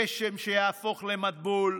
גשם שיהפוך למבול,